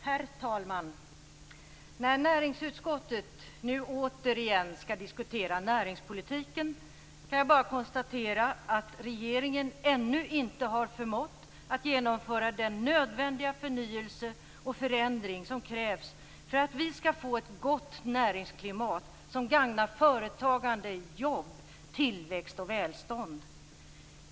Herr talman! När näringsutskottet nu återigen skall diskutera näringspolitiken kan jag bara konstatera att regeringen ännu inte har förmått att genomföra den nödvändiga förnyelse och förändring som krävs för att vi skall få ett gott näringsklimat som gagnar företagande, jobb, tillväxt och välstånd.